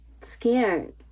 scared